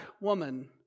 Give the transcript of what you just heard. woman